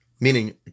meaning